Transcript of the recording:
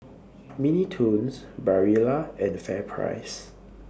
Mini Toons Barilla and FairPrice